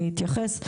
מתקדם.